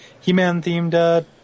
He-Man-themed